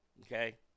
okay